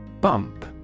Bump